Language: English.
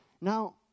Now